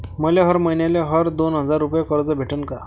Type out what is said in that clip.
मले हर मईन्याले हर दोन हजार रुपये कर्ज भेटन का?